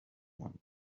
one